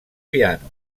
piano